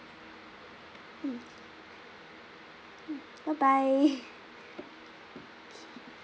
mm mm bye bye